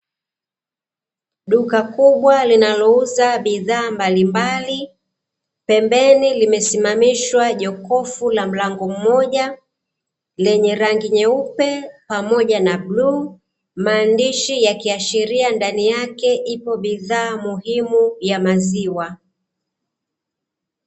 Duka kubwa linalouza bidhaa mbalimbali, pembeni limesimamishwa jokofu la mlango mmoja lenye rangi nyeupe pamoja na bluu, maandishi yakiashiria ndani yake ipo bidhaa muhimu ya maziwa.